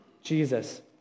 Jesus